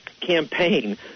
campaign